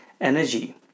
energy